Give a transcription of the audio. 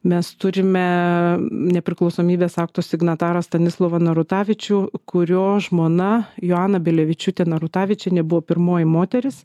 mes turime nepriklausomybės akto signatarą stanislovą narutavičių kurio žmona joana bilevičiūtė narutavičienė buvo pirmoji moteris